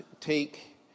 take